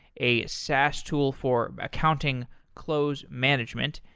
a saas tool for accounting close management.